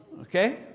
Okay